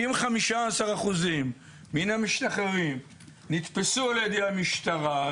אם 15% מן המשתחררים נתפסו על ידי המשטרה,